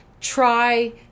try